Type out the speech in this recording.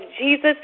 Jesus